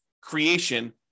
creation